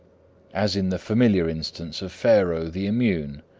as in the familiar instance of pharaoh the immune.